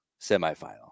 semifinal